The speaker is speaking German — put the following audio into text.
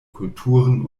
kulturen